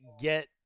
get